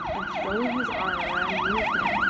and, throwing his arm around nina's neck,